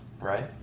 right